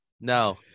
no